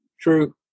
True